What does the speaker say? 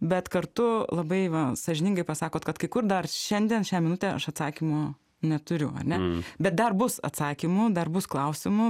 bet kartu labai va sąžiningai pasakot kad kai kur dar šiandien šią minutę aš atsakymo neturiu ne bet dar bus atsakymų dar bus klausimų